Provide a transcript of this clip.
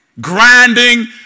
Grinding